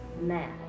mad